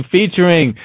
Featuring